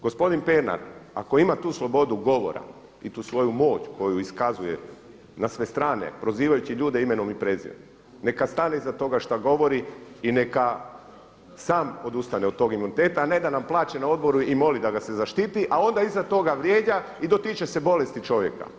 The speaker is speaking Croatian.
Gospodin Pernar ako ima tu slobodu govora i tu svoju moć koju iskazuje na sve strane prozivajući ljude imenom i prezimenom neka stane iza toga što govori i neka sam odustane od tog imuniteta a ne da nam plaće na odboru i moli da ga se zaštiti a onda iza toga vrijeđa i dotiče se bolesti čovjeka.